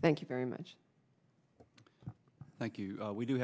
thank you very much thank you we do